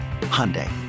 Hyundai